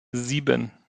sieben